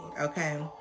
Okay